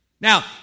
Now